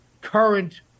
current